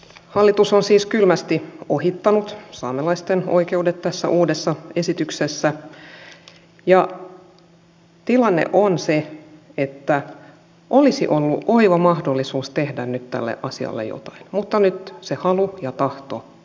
hallitus on siis kylmästi ohittanut saamelaisten oikeudet tässä uudessa esityksessä ja tilanne on se että olisi ollut oiva mahdollisuus tehdä nyt tälle asialle jotain mutta nyt se halu ja tahto puuttuu